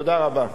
תודה רבה.